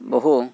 बहु